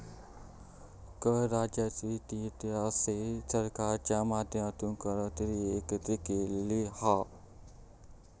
कर राजस्व ती मिळकत असा जी सरकारच्या माध्यमातना करांतून एकत्र केलेली हा